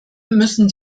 müssen